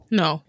no